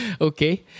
Okay